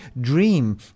dream